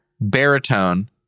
baritone